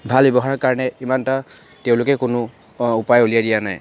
ভাল ব্যৱহাৰৰ কাৰণে ইমানটা তেওঁলোকে কোনো উপায় উলিয়াই দিয়া নাই